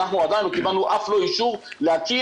אנחנו עדיין לא קיבלנו אף לא אישור להקים,